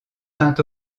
saint